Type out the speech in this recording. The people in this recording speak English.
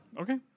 Okay